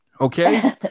okay